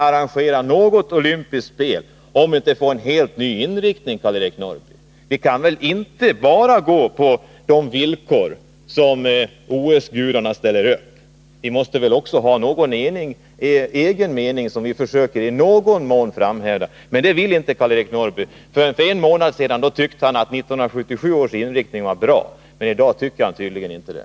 Hur skall annars mindre länder kunna arrangera dem? Vi kan inte bara uppfylla de villkor som OS-gudarna ställer upp — vi måste också hävda vår egen åsikt. Men det vill inte Karl-Eric Norrby. För en månad sedan tyckte han att 1977 års inriktning var bra, men i dag tycker han tydligen inte det.